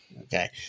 Okay